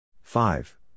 five